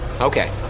Okay